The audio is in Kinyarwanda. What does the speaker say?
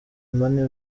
money